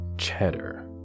Cheddar